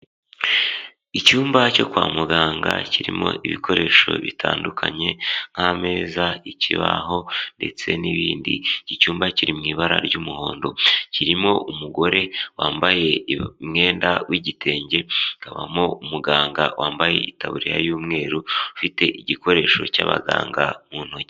Icyumba cyo kwa muganga kirimo ibikoresho bitandukanye nk'ameza, ikibaho ndetse n'ibindi, iki cyumba kiri mu ibara ry'umuhondo kirimo umugore wambaye umwenda w'igitenge, hakabamo umuganga wambaye itaburiya y'umweru ufite igikoresho cy'abaganga mu ntoki.